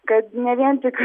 kad ne vien tik